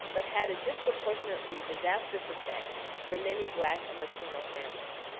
but had a disproportionately disastrous effect for many black and latino families.